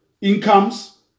incomes